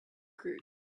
group